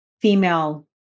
female